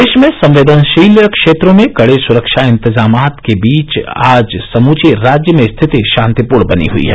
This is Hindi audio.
प्रदेश में संवेदनशील क्षेत्रों में कड़े सुरक्षा इंतजाम के बीच आज समूचे राज्य में स्थिति शांतिपूर्ण बनी हुई है